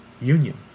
Union